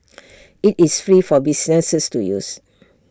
IT is free for businesses to use